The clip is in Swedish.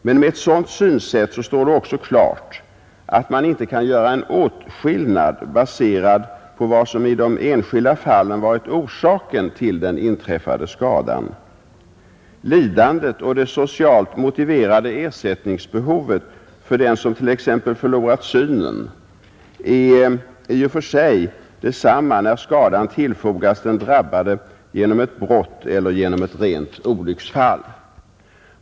Med ett sådant synsätt står det även klart att man inte kan göra en åtskillnad baserad på vad som i de enskilda fallen har varit orsaken till den inträffade skadan. Lidandet och det socialt motiverade ersättningsbehovet för den som t.ex. har förlorat synen är ju i och för sig detsamma vare sig skadan har tillfogats den drabbade genom ett brott eller genom ett rent olycksfall.